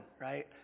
right